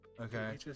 Okay